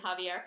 Javier